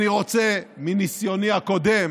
אני רוצה מניסיוני הקודם